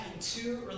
two